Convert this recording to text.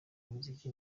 umuziki